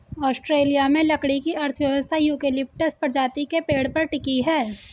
Australia में लकड़ी की अर्थव्यवस्था यूकेलिप्टस प्रजाति के पेड़ पर टिकी है